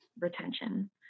retention